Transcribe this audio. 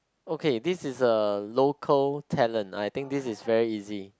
okay this is a local talent I think this is very easy